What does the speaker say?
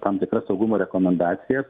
tam tikras saugumo rekomendacijas